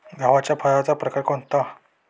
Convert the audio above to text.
गव्हाच्या फळाचा प्रकार कोणता?